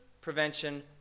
prevention